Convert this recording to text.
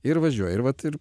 ir važiuoji ir vat ir